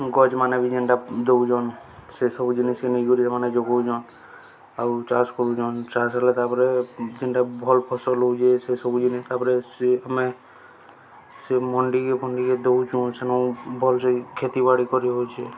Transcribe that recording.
ଗଛ୍ ମାନେ ବି ଯେନ୍ଟା ଦଉଚନ୍ ସେସବୁ ଜିନିଷ୍ ନେଇକରି ସେମାନେ ଯଗଉଚନ୍ ଆଉ ଚାଷ୍ କରୁଚନ୍ ଚାଷ୍ ହେଲେ ତାପରେ ଯେନ୍ଟା ଭଲ୍ ଫସଲ୍ ହଉଚେ ସେସବୁ ଜିନିଷ୍ ତାପରେ ସେ ଆମେ ସେ ମଣ୍ଡିିକେ ଫୁଣ୍ଡିିକେ ଦଉଚୁଁ ସେନୁ ଭଲ୍ସେ କ୍ଷେତି ବାଡ଼ି କରି ହଉଚେ